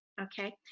okay